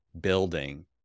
building